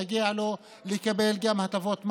מגיע לקבל גם הטבות מס.